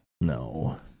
no